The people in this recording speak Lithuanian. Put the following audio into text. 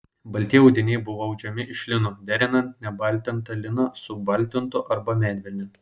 baltieji audiniai buvo audžiami iš lino derinant nebaltintą liną su baltintu arba medvilne